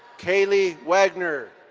kaylie wagner.